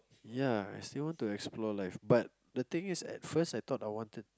ya I still want to explore like but the thing is at first I thought I wanted